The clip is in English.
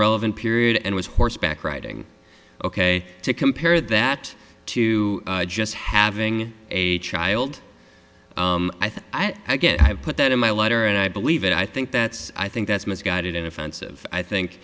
relevant period and was horseback riding ok to compare that to just having a child i think i get i put that in my letter and i believe it i think that's i think that's misguided and offensive i think